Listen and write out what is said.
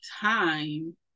time